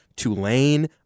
Tulane